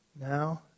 now